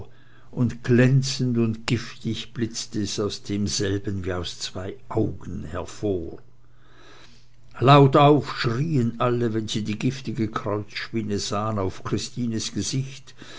und glänzend und giftig blitzte es aus demselben wie aus zwei augen hervor laut auf schrien alle wenn sie die giftige kreuzspinne sahen auf christines gesicht